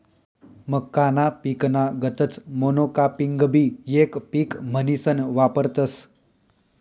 मक्काना पिकना गतच मोनोकापिंगबी येक पिक म्हनीसन वापरतस